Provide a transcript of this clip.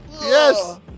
Yes